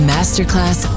Masterclass